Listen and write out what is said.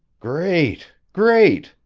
great great!